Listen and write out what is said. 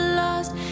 lost